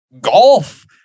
golf